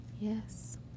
Yes